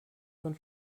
von